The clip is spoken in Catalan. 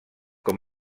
com